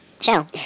show